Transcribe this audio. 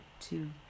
two